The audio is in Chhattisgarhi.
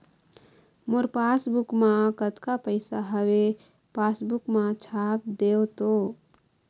मोर पासबुक मा कतका पैसा हवे पासबुक मा छाप देव तो?